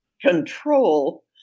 Control